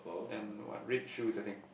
and what red shoes I think